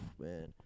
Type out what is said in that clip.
man